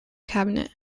cabinet